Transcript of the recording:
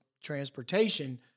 transportation